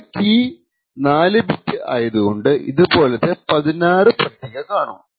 നമ്മുടെ കീക്ക് 4 ബിറ്റ് ആയത്കൊണ്ട് ഇതുപോലത്തെ 16 പട്ടിക കാണും